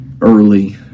early